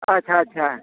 ᱟᱪᱪᱷᱟ ᱟᱪᱪᱷᱟ